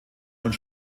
und